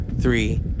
three